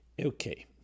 Okay